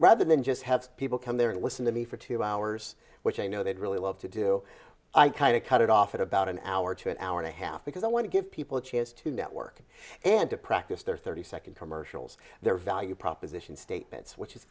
rather than just have people come there and listen to me for two hours which i know they'd really love to do i kind of cut it off at about an hour to an hour and a half because i want to give people a chance to network and to practice their thirty second commercials their value proposition statements which is